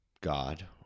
God